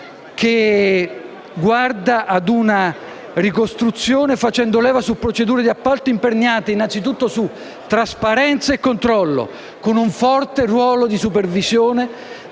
che guarda a una ricostruzione facendo leva su procedure di appalto imperniate innanzitutto su trasparenza e controllo, con un forte ruolo di supervisione